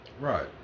Right